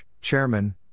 Chairman